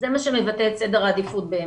זה מה שמבטא את סדר העדיפות באמת.